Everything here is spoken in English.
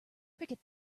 forget